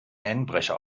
einbrecher